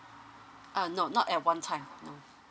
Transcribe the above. uh no not at one time no